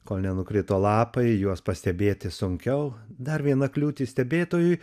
kol nenukrito lapai juos pastebėti sunkiau dar viena kliūtis stebėtojui